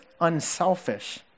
unselfish